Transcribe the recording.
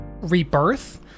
rebirth